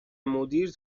مدیر